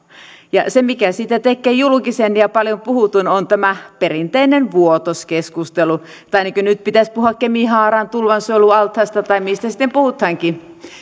ja se mikä siitä tekee julkisen ja paljon puhutun on tämä perinteinen vuotos keskustelu tai niin kuin nyt pitäisi puhua kemihaaran tulvasuojelualtaasta tai mistä sitten puhutaankin miten